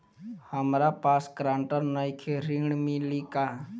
हमरा पास ग्रांटर नईखे ऋण मिली का?